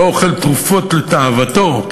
לא אוכל תרופות לתאוותו,